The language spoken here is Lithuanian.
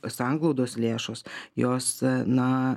sanglaudos lėšos jos na